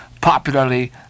popularly